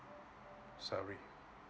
salary